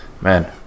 man